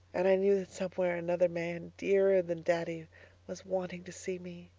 and i knew that somewhere another man dearer than daddy was wanting to see me,